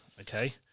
Okay